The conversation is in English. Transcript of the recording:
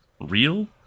real